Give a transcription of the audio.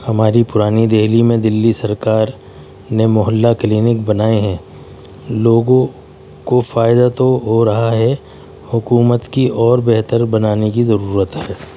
ہماری پرانی دہلی میں دلی سرکار نے محلہ کلینک بنائے ہیں لوگوں کو فائدہ تو ہو رہا ہے حکومت کی اور بہتر بنانے کی ضرورت ہے